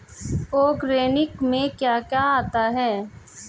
Organic में क्या क्या आता है?